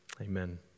Amen